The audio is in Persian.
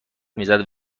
میزد